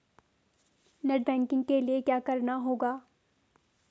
Net banking के लिए क्या करना होगा?